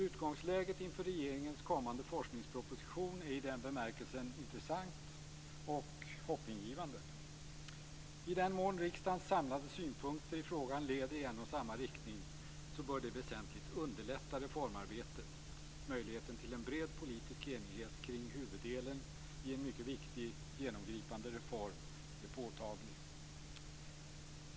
Utgångsläget inför regeringens kommande forskningsproposition är i den bemärkelsen intressant och hoppingivande. I den mån riksdagens samlade synpunkter i frågan leder i en och samma riktning bör det väsentligt underlätta reformarbetet. Möjligheten till en bred politisk enighet kring huvuddelen i en mycket viktig genomgripande reform är påtaglig.